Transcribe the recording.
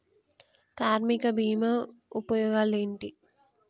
కార్మిక బీమా ఉపయోగాలేంటి?